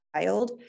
child